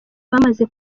bamaze